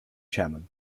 chairman